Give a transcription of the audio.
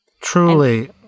Truly